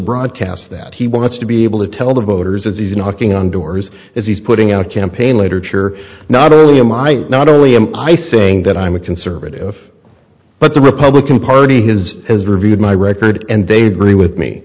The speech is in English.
broadcast that he wants to be able to tell the voters as you know king on doors if he's putting out campaign literature not only am i not only am i saying that i'm a conservative but the republican party has reviewed my record and they agree with me